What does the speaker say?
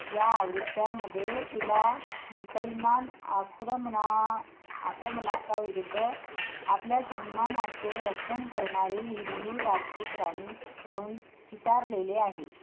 या आवृत्त्यामध्ये तिला मुसलमान आक्रमणा आक्रमकांविरुद्ध आपल्या सन्मानाचे रक्षण करणारी हिंदू राजपूत राणी म्हणून चितारलेले आहे